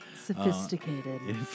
sophisticated